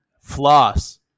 floss